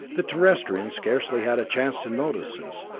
the terrestrians scarcely had a chance to notice this,